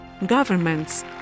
Governments